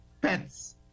pets